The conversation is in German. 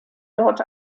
dort